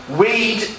weed